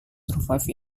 survive